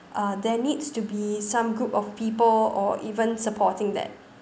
uh there needs to be some group of people or even supporting that